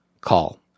call